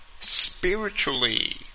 spiritually